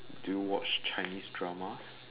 do you watch chinese dramas